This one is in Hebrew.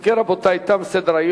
אם כן, רבותי, תם סדר-היום.